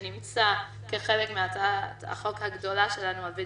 שנמצא כחלק מהצעת החוק הגדולה שלנו על video